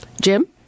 Jim